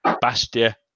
Bastia